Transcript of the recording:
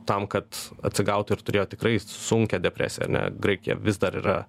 tam kad atsigautų ir turėjo tikrai sunkią depresiją ar ne graikija vis dar yra